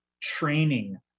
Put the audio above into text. training